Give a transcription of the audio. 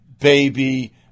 baby